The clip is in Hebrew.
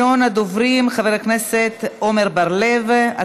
36 חברי כנסת בעד, 45 מתנגדים, אין נמנעים.